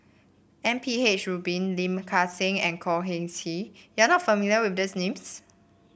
M P H Rubin Lim Kang Seng and Khor Ean Ghee you are not familiar with these names